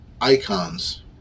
icons